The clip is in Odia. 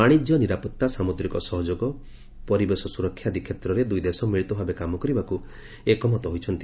ବାଣିଜ୍ୟ ନିରାପତ୍ତା ସାମୁଦ୍ରିକ ସହଯୋଗ ପରିବେଶ ସୁରକ୍ଷା ଆଦି କ୍ଷେତ୍ରରେ ଦୁଇଦେଶ ମିଳିତ ଭାବେ କାମ କରିବାକୁ ଏକମତ ହୋଇଛନ୍ତି